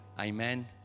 Amen